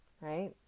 right